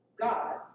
God